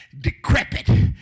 decrepit